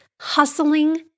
hustling